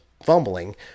Fumbling